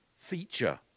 feature